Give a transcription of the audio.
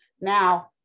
Now